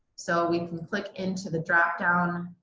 so we can click into the dropdown